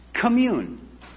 Commune